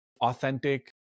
authentic